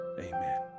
Amen